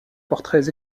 portraits